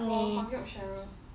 我 funguad cheryl